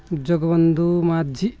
Jagabandhu Majhi